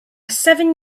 seven